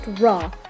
raw